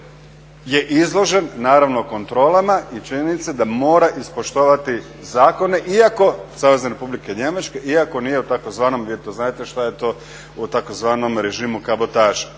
je izložen naravno kontrolama i činjenica je da mora ispoštovati zakone Savezne Republike Njemačke iako nije u tzv. vi to znadete što je to u tzv. režimu kabotaže.